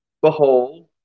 behold